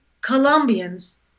Colombians